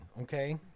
Okay